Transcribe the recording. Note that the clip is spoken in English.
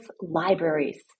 libraries